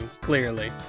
clearly